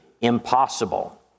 impossible